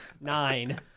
Nine